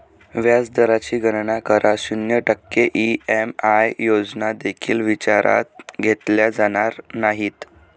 व्याज दराची गणना करा, शून्य टक्के ई.एम.आय योजना देखील विचारात घेतल्या जाणार नाहीत